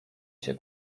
się